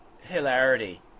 hilarity